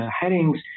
headings